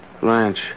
Blanche